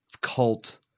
cult